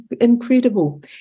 incredible